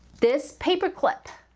this paper clip.